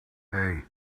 hey